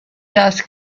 dust